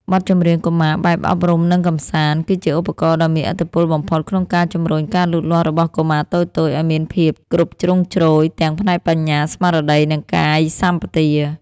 បទចម្រៀងកុមារបែបអប់រំ និងកម្សាន្ត គឺជាឧបករណ៍ដ៏មានឥទ្ធិពលបំផុតក្នុងការជំរុញការលូតលាស់របស់កុមារតូចៗឱ្យមានភាពគ្រប់ជ្រុងជ្រោយ ទាំងផ្នែកបញ្ញា ស្មារតី និងកាយសម្បទា។